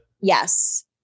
Yes